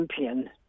champion